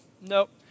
nope